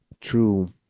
true